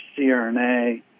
CRNA